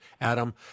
Adam